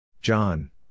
John